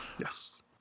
Yes